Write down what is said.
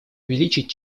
увеличить